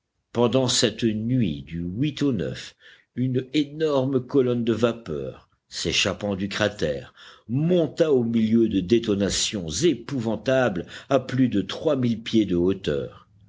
pendant cette nuit du au une énorme colonne de vapeurs s'échappant du cratère monta au milieu de détonations épouvantables à plus de trois mille pieds de hauteur